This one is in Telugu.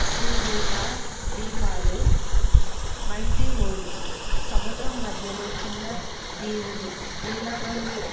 శ్రీదీప ద్వీపాలు మాల్దీవులు సముద్రం మధ్యలు చిన్న దీవులు నీల రంగు